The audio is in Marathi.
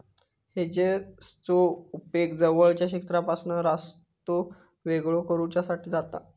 हेजेसचो उपेग जवळच्या क्षेत्रापासून रस्तो वेगळो करुच्यासाठी जाता